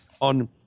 on